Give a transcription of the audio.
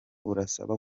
urasaba